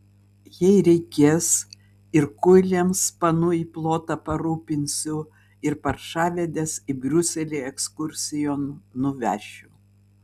jei reikės ir kuiliams panų į plotą parūpinsiu ir paršavedes į briuselį ekskursijon nuvešiu